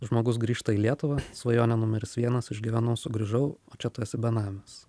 žmogus grįžta į lietuvą svajonė numeris vienas išgyvenau sugrįžau o čia tu esi benamis